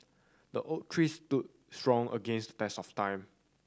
the oak tree stood strong against the test of time